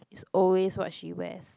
is always what she wears